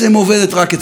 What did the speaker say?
בטובתם,